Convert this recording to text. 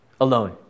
alone